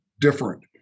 different